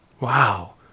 wow